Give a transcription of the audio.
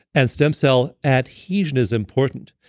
and stem cell adhesion is important.